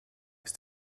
ist